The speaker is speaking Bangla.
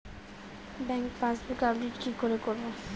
ব্যাংক পাসবুক আপডেট কি করে করবো?